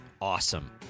awesome